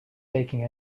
taking